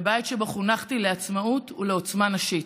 בבית שבו חונכתי לעצמאות ולעוצמה נשית.